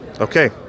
Okay